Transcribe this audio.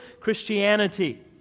Christianity